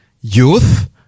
Youth